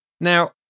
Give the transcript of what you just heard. Now